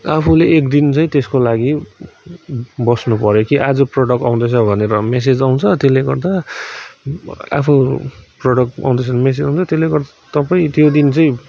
आफूले एक दिन चाहिँ त्यसको लागि बस्नुपर्यो कि आज प्रडक्ट आउँदैछ भनेर म्यासेज आउँछ त्यसले गर्दा आफ्नो प्रडक्ट आउँदैछ भने म्यासेज आउँँछ त्यसले गर्दा तपाईँ त्यो दिन चाहिँ